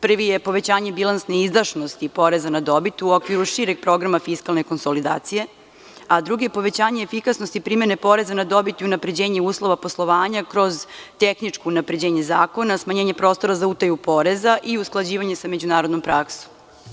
Prvi je povećanje bilansne izdašnosti poreza na dobit u okviru šireg programa fiskalne konsolidacije, a drugi je povećanje efikasnosti primene poreza na dobit i unapređenje uslova poslovanja kroz tehničko unapređenje zakona, smanjenje prostora za utaju poreza i usklađivanje sa međunarodnom praksom.